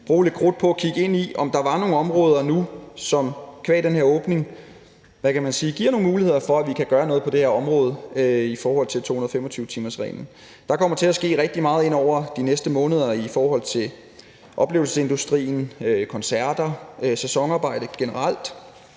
bruger lidt krudt på at kigge ind i, om der var nogle områder nu, som qua den her åbning giver nogle muligheder for, at vi kan gøre noget på det her område i forhold til 225-timersreglen. Der kommer til at ske rigtig meget over de næste måneder i forhold til oplevelsesindustrien, koncerter, sæsonarbejde generelt.